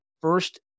first